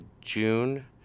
June